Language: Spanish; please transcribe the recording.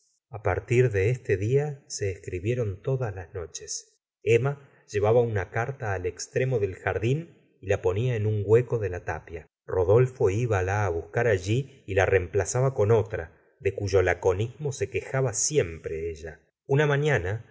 a partir de este día se escribieron todas las noches emma llevaba una carta al extremo del jardín y la ponía en un hueco de la tapia rodolfo ibala buscar allí y la reemplazaba con otra de cuyo laconismo se quejaba siempre ella una maliana